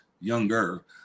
younger